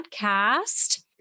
podcast